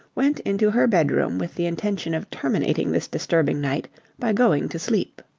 went into her bedroom with the intention of terminating this disturbing night by going to sleep.